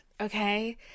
Okay